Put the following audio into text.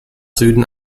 süden